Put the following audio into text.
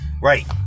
Right